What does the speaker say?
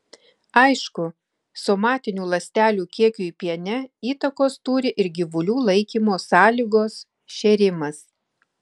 aišku somatinių ląstelių kiekiui piene įtakos turi ir gyvulių laikymo sąlygos šėrimas